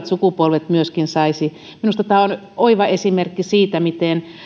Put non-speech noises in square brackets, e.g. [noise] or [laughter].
[unintelligible] sukupolville minusta tämä on oiva esimerkki siitä miten